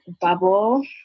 bubble